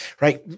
right